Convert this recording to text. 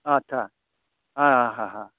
आच्चा आ हा हा